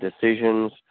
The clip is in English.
decisions